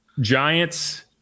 Giants